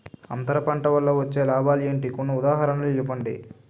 అంతర పంట వల్ల వచ్చే లాభాలు ఏంటి? కొన్ని ఉదాహరణలు ఇవ్వండి?